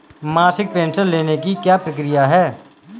मासिक पेंशन लेने की क्या प्रक्रिया है?